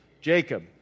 Jacob